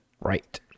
right